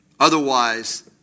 Otherwise